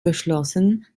beschlossen